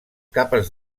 capes